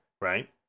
right